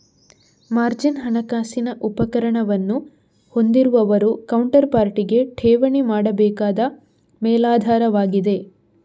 margin ಹಣಕಾಸಿನ ಉಪಕರಣವನ್ನು ಹೊಂದಿರುವವರು ಕೌಂಟರ್ ಪಾರ್ಟಿಗೆ ಠೇವಣಿ ಮಾಡಬೇಕಾದ ಮೇಲಾಧಾರವಾಗಿದೆ